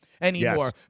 anymore